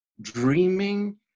dreaming